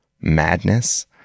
madness